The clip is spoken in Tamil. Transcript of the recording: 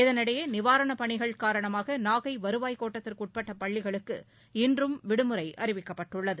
இதனிடையே நிவாரணப் பணிகள் காரணமாக நாகை வருவாய் கோட்டத்திற்குட்பட்ட பள்ளிகளுக்கு இன்றும் விடுமுறை அறிவிக்கப்பட்டுள்ளது